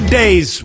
days